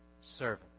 servant